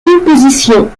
compositions